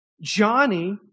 Johnny